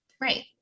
Right